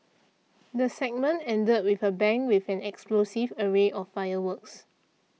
the segment ended with a bang with an explosive array of fireworks